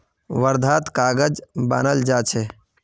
वर्धात कागज बनाल जा छे